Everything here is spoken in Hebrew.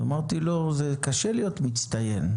אמרתי לו: זה קשה להיות מצטיין.